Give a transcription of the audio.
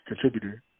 contributor